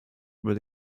über